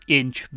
inch